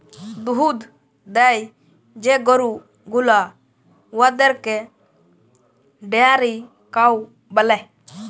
দুহুদ দেয় যে গরু গুলা উয়াদেরকে ডেয়ারি কাউ ব্যলে